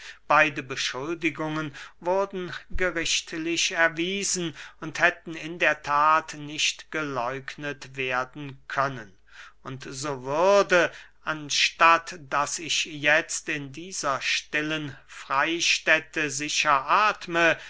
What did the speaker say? beide beschuldigungen wurden gerichtlich erwiesen und hätten in der that nicht geleugnet werden können und so würde anstatt daß ich jetzt in dieser stillen freystätte sicher athme